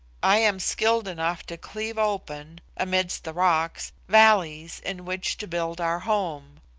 i am skilled enough to cleave open, amidst the rocks, valleys in which to build our home.